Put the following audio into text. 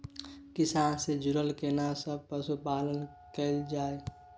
किसान से जुरल केना सब पशुपालन कैल जाय?